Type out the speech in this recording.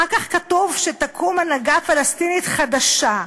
אחר כך כתוב שתקום הנהגה פלסטינית חדשה,